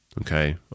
okay